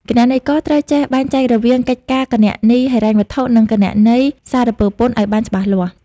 គណនេយ្យករត្រូវចេះបែងចែករវាងកិច្ចការគណនេយ្យហិរញ្ញវត្ថុ និងគណនេយ្យសារពើពន្ធឱ្យបានច្បាស់លាស់។